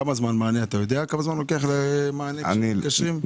אתה יודע כמה זמן לוקח לענות למתקשרים?